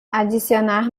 adicionar